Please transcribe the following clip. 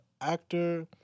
actor